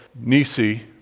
nisi